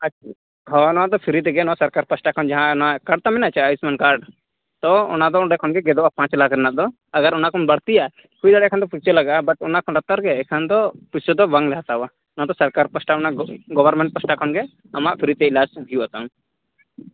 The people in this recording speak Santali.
ᱟᱡ ᱦᱮᱸ ᱚᱱᱟᱫᱚ ᱯᱷᱨᱤ ᱛᱮᱜᱮ ᱱᱚᱣᱟ ᱥᱚᱨᱠᱟᱨ ᱯᱟᱦᱟᱴᱟ ᱠᱷᱚᱱ ᱡᱟᱦᱟᱸ ᱚᱱᱟ ᱠᱟᱨᱰ ᱛᱟᱢ ᱢᱮᱱᱟᱜᱼᱟᱥᱮ ᱟᱭᱩᱥᱢᱟᱱ ᱠᱟᱨᱰ ᱛᱚ ᱚᱱᱟᱫᱚ ᱚᱸᱰᱮ ᱠᱷᱚᱱᱜᱮ ᱜᱮᱫᱚᱜᱼᱟ ᱯᱟᱸᱪᱞᱟᱠᱷ ᱨᱮᱱᱟᱜ ᱫᱚ ᱟᱜᱟᱨ ᱚᱱᱟᱠᱷᱚᱱ ᱵᱟᱹᱲᱛᱤᱭᱟ ᱦᱩᱭ ᱫᱟᱲᱮᱭᱟᱜ ᱠᱷᱟᱱ ᱫᱚ ᱯᱩᱭᱥᱟᱹ ᱞᱟᱜᱟᱜᱼᱟ ᱵᱟᱴ ᱚᱱᱟ ᱠᱷᱚᱱ ᱞᱟᱛᱟᱨ ᱜᱮ ᱮᱠᱷᱟᱱ ᱫᱚ ᱯᱩᱭᱥᱟᱹᱫᱚ ᱵᱟᱝᱞᱮ ᱦᱟᱛᱟᱣᱟ ᱱᱚᱣᱟ ᱫᱚ ᱥᱚᱨᱠᱟᱨ ᱯᱟᱦᱟᱴᱟ ᱚᱱᱟ ᱜᱚᱵᱷᱚᱨᱢᱮᱱᱴ ᱯᱟᱦᱟᱴᱟ ᱠᱷᱚᱱᱜᱮ ᱟᱢᱟᱜ ᱯᱷᱨᱤᱛᱮ ᱮᱞᱟᱡ ᱦᱩᱭᱩᱜᱼᱟ ᱛᱟᱢ